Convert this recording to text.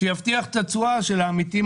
שיבטיח את התשואה של העמיתים